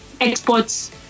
exports